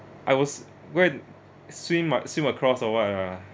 I was when swim what swim across or what ah